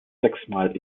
sechsmal